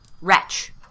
Wretch